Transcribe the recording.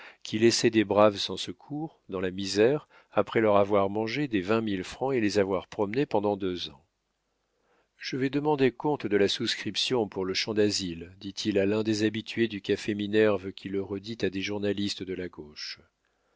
qui laissait des braves sans secours dans la misère après leur avoir mangé des vingt mille francs et les avoir promenés pendant deux ans je vais demander compte de la souscription pour le champ dasile dit-il à l'un des habitués du café minerve qui le redit à des journalistes de la gauche